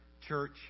church